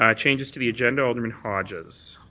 um changes to the agenda alderman hodges.